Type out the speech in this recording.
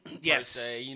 Yes